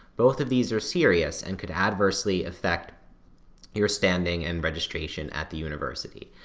both of these are serious, and could adversely affect your standing and registration at the university.